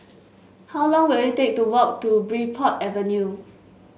how long will it take to walk to Bridport Avenue